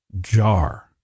jar